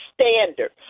standard